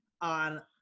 on